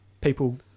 people